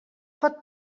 pot